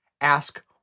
Ask